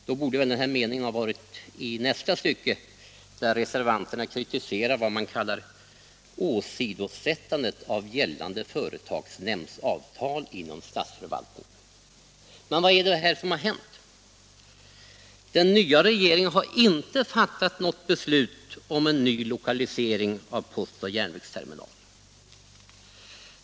Därför borde meningen förmodligen in i nästa stycke, där reservanterna kritiserar vad man kallar ”åsidosättande av gällande företagsnämndsavtal för statsförvaltningen”. Men vad är det som har hänt? Den nya regeringen har inte fattat något beslut om ny lokalisering av postoch järnvägsterminalen.